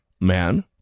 Man